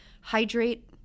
Hydrate